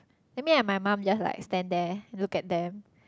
then me and my mum just like stand there look at them